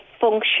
function